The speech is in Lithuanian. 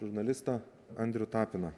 žurnalistą andrių tapiną